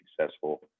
successful